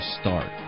start